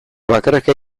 bakarka